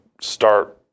start –